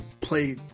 play